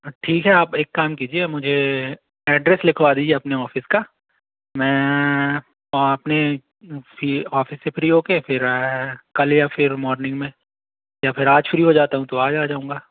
ठीक है आप एक काम कीजिए मुझे एड्रेस लिखवा दीजिए अपने ऑफिस का मैं अपने ऑफिस से फ्री हो कर फिर कल या फिर मॉर्निंग में या फिर आज फ्री हो जाता तो आज आ जाऊँगा